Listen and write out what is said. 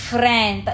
Friend